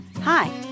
Hi